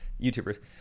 youtubers